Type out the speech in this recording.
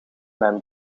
mijn